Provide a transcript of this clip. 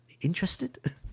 Interested